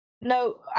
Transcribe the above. No